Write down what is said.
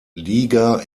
liga